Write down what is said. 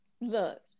look